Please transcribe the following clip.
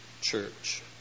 church